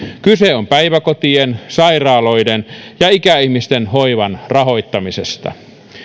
kyse on päiväkotien sairaaloiden ja ikäihmisten hoivan rahoittamisesta